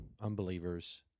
unbelievers